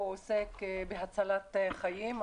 הוא עוסק בהצלת חיים.